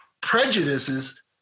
prejudices